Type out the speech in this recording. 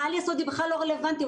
העל-יסודי בכלל לא רלוונטי.